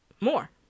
more